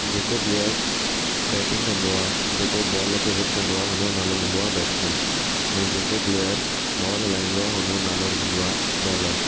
जेको player batting कंदो आहे जेको बॉल खे हिट कंदो आहे उन जो नालो हूंदो आहे बैट्समैन ऐं जेओ प्लेयर बॉल हलाईंदो आहे हुन ओ नालो हूंदो आहे बॉलर